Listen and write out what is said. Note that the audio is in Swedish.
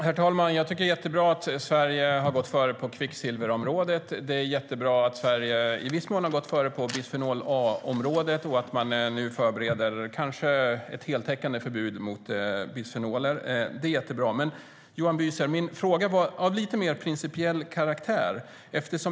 Herr talman! Jag tycker att det är jättebra att Sverige har gått före på kvicksilverområdet. Det är jättebra att Sverige i viss mån har gått före på bisfenol-A-området och att man nu förbereder ett möjligen heltäckande förbud mot bisfenoler. Johan Büser! Min fråga var dock av lite mer principiell karaktär.